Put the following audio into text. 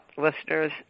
listeners